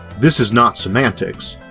this is not semantics,